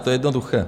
To je jednoduché.